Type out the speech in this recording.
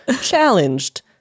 challenged